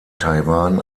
taiwan